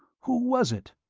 who was it?